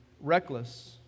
reckless